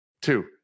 two